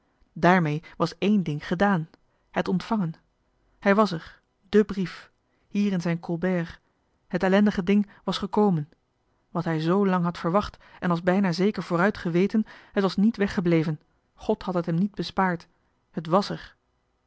daarmee was één ding gedààn het ontvangen hij was er de brief hier in zijn colbert het ellendige ding was gekomen wat hij zoo lang had verwacht en als bijna zeker vooruit geweten het was niet weggebleven god had het hem niet bespaard het was er